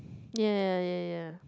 ya ya ya ya ya